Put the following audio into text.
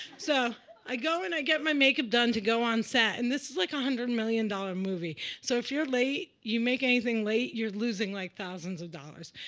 so i go and i get my makeup done to go on set. and this is like one hundred million dollars movie. so if you're late, you make anything late, you're losing like thousands of dollars.